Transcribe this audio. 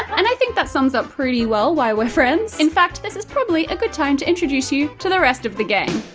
and i think that sums up pretty well why we're friends. in fact, this is probably a good time to introduce you to the rest of the gang.